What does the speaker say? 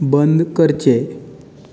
बंद करचें